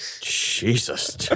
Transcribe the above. Jesus